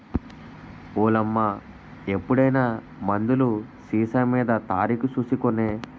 ఓలమ్మా ఎప్పుడైనా మందులు సీసామీద తారీకు సూసి కొనే